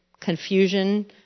confusion